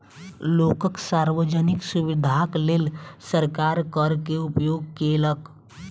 लोकक सार्वजनिक सुविधाक लेल सरकार कर के उपयोग केलक